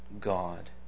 God